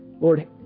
Lord